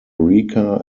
rica